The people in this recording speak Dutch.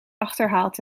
achterhaalt